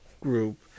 group